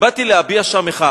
ובאתי להביע שם מחאה.